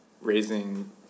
raising